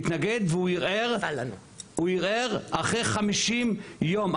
התנגד והוא ערער, הוא ערער אחרי 50 יום.